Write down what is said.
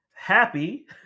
Happy